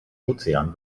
ozean